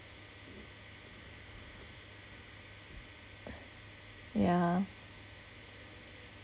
yeah